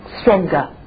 stronger